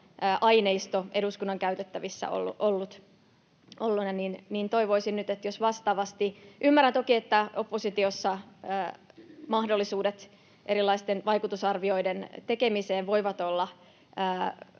aineisto eduskunnan käytettävissä ollut, ja toivoisin nyt, että vastaavasti. Ymmärrän toki, että oppositiossa mahdollisuudet erilaisten vaikutusarvioiden tekemiseen voivat olla